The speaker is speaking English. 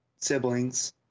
siblings